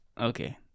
Okay